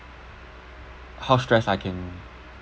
how stress I can